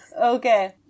Okay